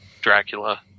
Dracula